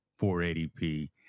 480p